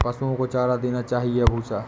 पशुओं को चारा देना चाहिए या भूसा?